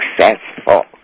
successful